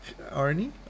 Arnie